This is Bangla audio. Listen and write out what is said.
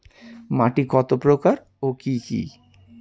মাটি কত প্রকার ও কি কি?